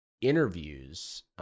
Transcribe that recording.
interviews